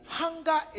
hunger